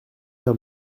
d’un